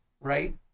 right